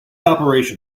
operation